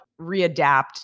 readapt